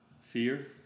Fear